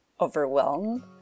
overwhelmed